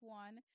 one